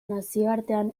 nazioartean